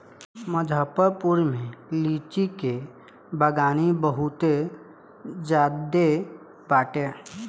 मुजफ्फरपुर में लीची के बगानी बहुते ज्यादे बाटे